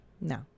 No